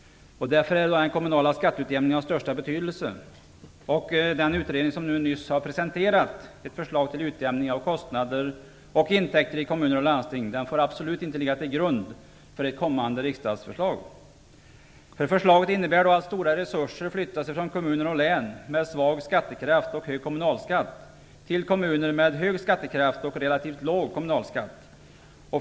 Därför är den kommunala skatteutjämningen av största betydelse. En utredning har nyss presenterat ett förslag till utjämning av kostnader och intäkter i kommuner och landsting. Det förslaget får absolut inte ligga till grund för ett kommande riksdagsbeslut. Förslaget innebär att stora resurser flyttas från kommuner och län med en svag skattekraft och en hög kommunalskatt till kommuner med en stark skattekraft och en relativt låg kommunalskatt.